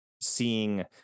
seeing